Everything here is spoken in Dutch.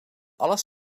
alles